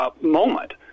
moment